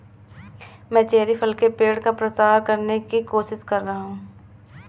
मैं चेरी फल के पेड़ का प्रसार करने की कोशिश कर रहा हूं